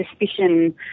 suspicion